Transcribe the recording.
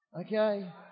Okay